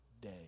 day